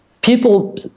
People